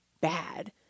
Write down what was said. bad